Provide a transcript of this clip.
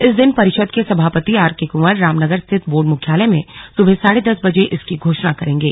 इस दिन परिषद के सभापति आर के कुंवर रामनगर स्थित बोर्ड मुख्यालय में सुबह साढ़े दस बजे इसकी घोषणा करेंगे